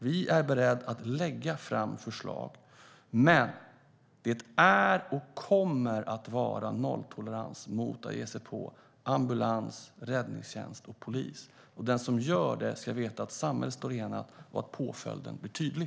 Vi är beredda att lägga fram förslag, men det är och kommer att vara nolltolerans mot att ge sig på ambulans, räddningstjänst och polis. Det som gör det ska veta att samhället står enat om att påföljden blir tydlig.